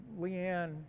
Leanne